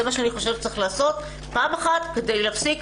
זה מה שאני חושבת שצריך לעשות פעם אחת כדי להפסיק